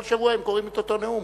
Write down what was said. כל שבוע הם קוראים את אותו נאום.